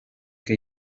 que